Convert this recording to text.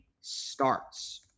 starts